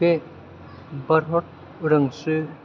बे भारत उदांस्रि